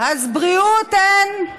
מאות מיליארדים.